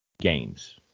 games